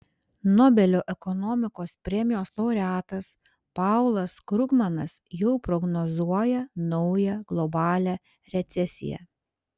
nobelio ekonomikos premijos laureatas paulas krugmanas jau prognozuoja naują globalią recesiją